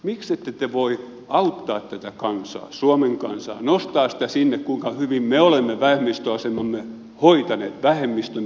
miksette te voi auttaa tätä kansaa suomen kansaa nostaa sitä sillä kuinka hyvin me olemme vähemmistömme hoitaneet